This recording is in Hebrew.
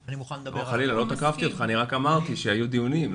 חלילה, לא תקפתי אותך, רק אמרתי שהיו דיונים.